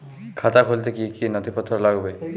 খাতা খুলতে কি কি নথিপত্র লাগবে?